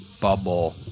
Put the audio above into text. bubble